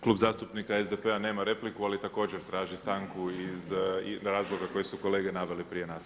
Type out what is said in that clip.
Klub zastupnika SDP-a nema repliku, ali također traži stanku iz razloga koje su kolege navele prije nas.